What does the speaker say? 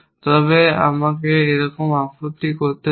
তবে আমাকে এইরকম আপত্তি করতে দিন